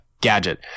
Gadget